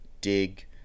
DIG